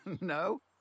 no